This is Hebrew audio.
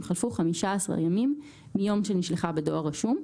חלפו 15 ימיטם מיום שנשלחה בדואר רשום,